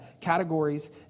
categories